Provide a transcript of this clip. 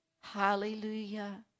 Hallelujah